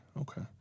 okay